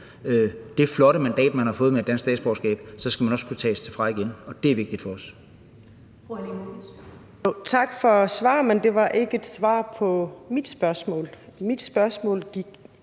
det flotte mandat, man har fået med et dansk statsborgerskab, så skal man også kunne fratages det igen. Det er vigtigt for os.